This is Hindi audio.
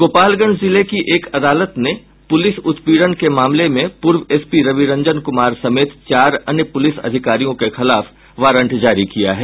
गोपालगंज जिले की एक अदालत ने पुलिस उत्पीड़न के मामले में पूर्व एसपी रवि रंजन कुमार समेत चार अन्य पूलिस अधिकारियों के खिलाफ वारंट जारी किया है